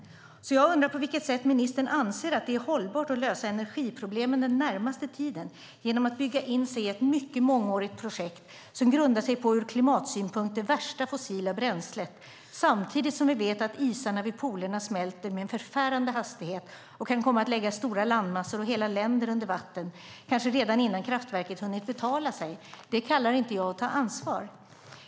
Jag undrar på vilket sätt ministern anser att det är hållbart att lösa energiproblemen den närmaste tiden genom att bygga in sig i ett mycket mångårigt projekt som grundar sig på det ur klimatsynpunkt värsta fossila bränslet, samtidigt som vi vet att isarna vid polerna smälter med en förfärande hastighet och kan komma att lägga stora landmassor och hela länder under vatten, kanske redan innan kraftverket hunnit betala sig. Det kallar inte jag att ta ansvar.